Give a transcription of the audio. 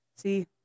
See